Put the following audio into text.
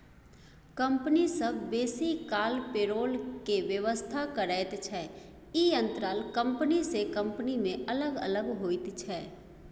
company सब बेसी काल पेरोल के व्यवस्था करैत छै, ई अंतराल कंपनी से कंपनी में अलग अलग होइत छै